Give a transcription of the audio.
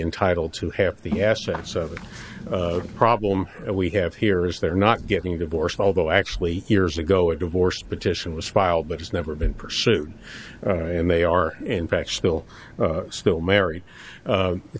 entitled to half the assets of the problem we have here is they're not getting divorced although actually years ago a divorce petition was filed but it's never been pursued and they are in fact still still married